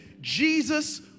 Jesus